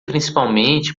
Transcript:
principalmente